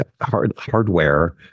hardware